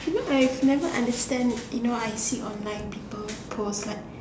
it's not like I never understand you know I see online post